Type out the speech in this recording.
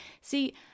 See